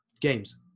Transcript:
games